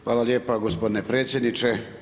Hvala lijepo gospodine predsjedniče.